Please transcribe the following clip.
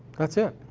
that's it.